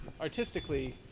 artistically